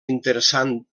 interessant